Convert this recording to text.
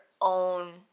own